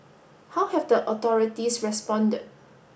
how have the authorities responded